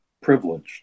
privileged